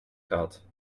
gehad